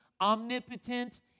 omnipotent